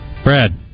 Brad